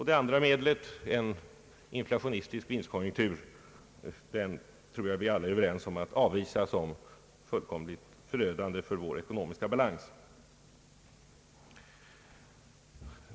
Det andra medlet, en inflationistisk vinstkonjunktur, tror jag vi alla är överens om att avvisa som fullkomligt förödande för vår ekonomiska balans.